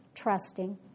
trusting